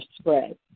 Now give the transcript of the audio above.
spread